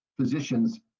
physicians